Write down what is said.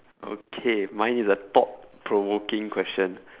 okay mine is a thought provoking question